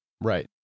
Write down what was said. Right